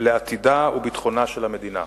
לעתידה וביטחונה של המדינה,